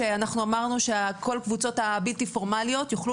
אמרנו שכל קבוצות הבלתי פורמליות יוכלו